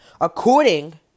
According